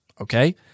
Okay